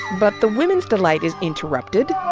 but the women's delight is interrupted,